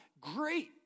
great